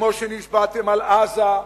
וכמו שנשבעתם על עזה,